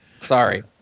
Sorry